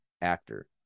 actor